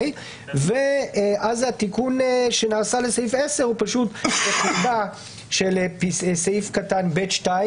ואז התיקון שנעשה לסעיף 10 הוא --- של סעיף קטן (ב)(2),